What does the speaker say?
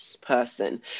person